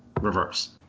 reverse